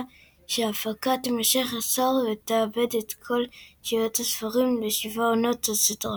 שהפקתה תימשך עשור ותעבד את כל שבעת הספרים לשבע עונות הסדרה.